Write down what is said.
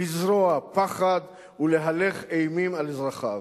לזרוע פחד ולהלך אימים על אזרחיו,